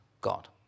God